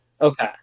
Okay